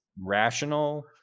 rational